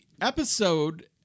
episode